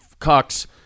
cucks